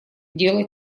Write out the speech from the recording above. дело